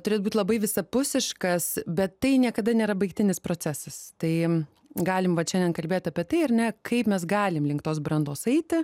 turėt būt labai visapusiškas bet tai niekada nėra baigtinis procesas tai galim vat šiandien kalbėt apie tai ar ne kaip mes galim link tos brandos eiti